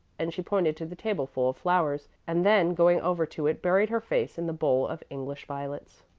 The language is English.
and she pointed to the tableful of flowers, and then going over to it buried her face in the bowl of english violets.